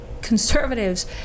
conservatives